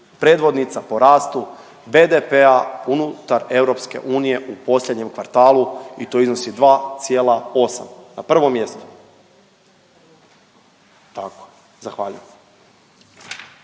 Predvodnica po rastu BDP-a unutar EU u posljednjem kvartalu i to iznosi 2,8% na prvom mjestu. Tako, zahvaljujem.